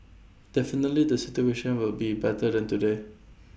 definitely the situation will be better than today